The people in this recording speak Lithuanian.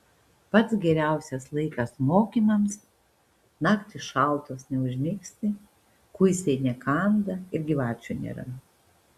pats geriausias laikas mokymams naktys šaltos neužmigsi kuisiai nekanda ir gyvačių nėra